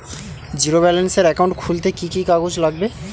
Zero ব্যালেন্সের account খুলতে কি কি কাগজ লাগবে?